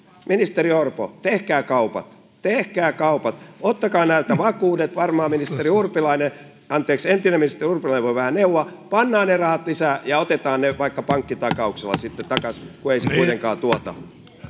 ministeri orpo tehkää kaupat tehkää kaupat ottakaa näiltä vakuudet varmaan ministeri urpilainen anteeksi entinen ministeri urpilainen voi vähän neuvoa pannaan ne rahat lisää ja otetaan ne vaikka pankkitakauksella sitten takaisin kun ei se kuitenkaan tuota